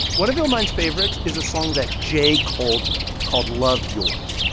one of illmind's favorites is a song that j. cole it called love yourz.